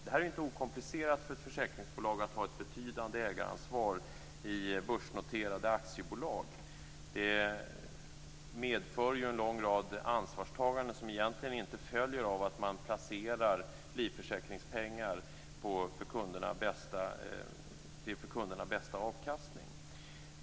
Det är inte okomplicerat för ett försäkringsbolag att ha ett betydande ägaransvar i börsnoterade aktiebolag. Det medför en lång rad ansvarstaganden som egentligen inte följer av att man placerar livförsäkringspengar till för kunderna bästa avkastning.